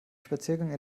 spaziergang